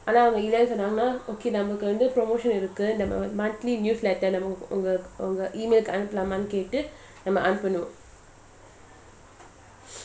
ஆனாஅவங்கசொன்னாங்க:ana avanga sonnanga okay நம்மவந்து:namma vandhu promotion இருக்குநம்ம:irukku namma monthly newsletter கேட்டுநம்மஅனுப்பனும்:ketu namma anupanum